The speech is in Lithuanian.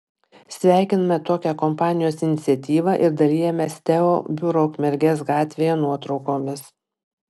sveikiname tokią kompanijos iniciatyvą ir dalijamės teo biuro ukmergės gatvėje nuotraukomis